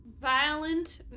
Violent